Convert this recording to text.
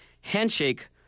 Handshake